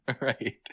Right